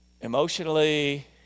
emotionally